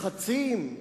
לחצים?